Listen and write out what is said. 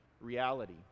reality